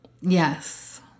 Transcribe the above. Yes